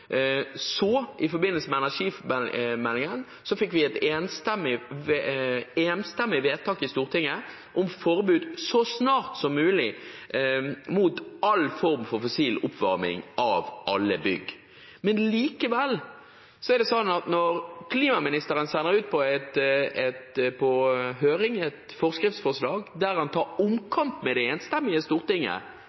så i forbindelse med energimeldingen fikk vi et enstemmig vedtak i Stortinget om forbud så snart som mulig mot all form for fossil oppvarming av alle bygg. Likevel er det slik at når klimaministeren sender ut på høring et forskriftsforslag der han tar omkamp med det enstemmige Stortinget,